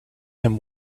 him